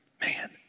Man